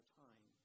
time